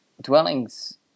dwellings